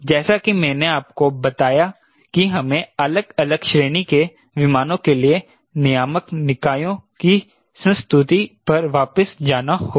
जैसा कि मैंने आपको बताया कि हमें अलग अलग श्रेणी के विमानों के लिए नियामक निकायों की संस्तुति पर वापस जाना होगा